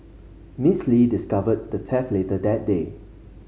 Miss Lee discovered the theft later that day